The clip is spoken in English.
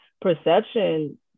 perception